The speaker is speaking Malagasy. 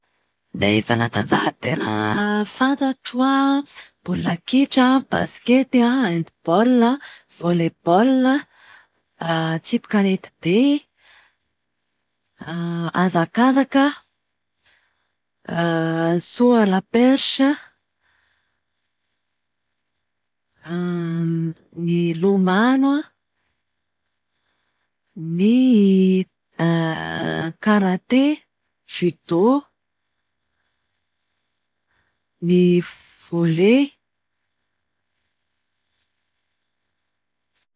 Ny fanatanjahantena fantatro an, baolina kitra, baskety, handibaolina, volebaolina, tsipy kanety be, hazakazaka, soalapersa, ny lomano an, ny karate, zudo, ny volehy.